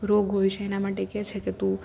રોગ હોય છે એના માટે એ કે છે કે તું